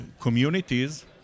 communities